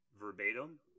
verbatim